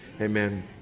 Amen